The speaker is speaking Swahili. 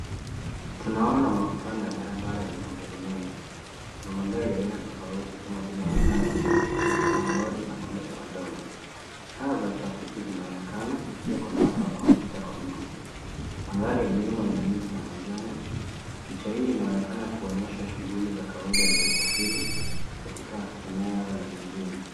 Tunaona makutano ya barabara yenye magari mengi. Kuna magari aina tofauti kama vile matatu, malori na magari madogo. Taa za trafiki zinaonekana na pia kuna watu wanaopita kwa miguu. Mandhari ya nyuma ina miti na majengo. Picha hii inaonekana kuonyesha shughuli za kawida za usafiri katika eneo la mijini.